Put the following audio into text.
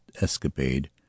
escapade